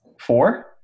four